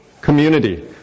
community